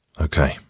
Okay